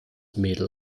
mädel